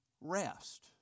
rest